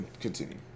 continue